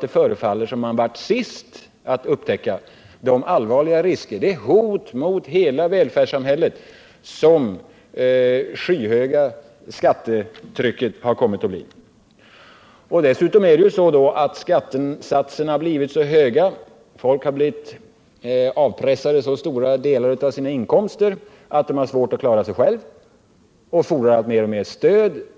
det tyvärr som om man blir sist att upptäcka de allvarliga risker, det hot mot hela välfärdssamhället som det skyhöga skattetrycket kommit att bli. Dessutom har skattesatserna blivit så höga, folk har blivit avpressade så stora delar av sina inkomster att de har svårt att klara sig själva och fordrar mer och mer stöd av samhället.